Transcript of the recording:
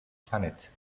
planet